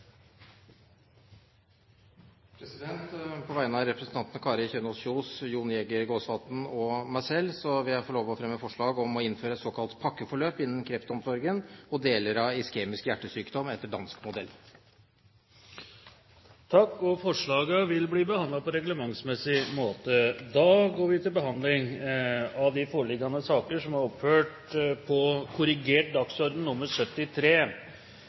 På vegne av representantene Kari Kjønaas Kjos, Jon Jæger Gåsvatn og meg selv vil jeg få lov å fremme forslag om å innføre såkalt «pakkeforløp» innen kreftomsorgen og deler av iskemisk hjertesykdom, etter dansk modell. Forslagene vil bli behandlet på reglementsmessig måte. Før sakene på dagens kart tas opp til behandling, vil presidenten informere om at møtet fortsetter utover kl. 16.00 til dagens kart er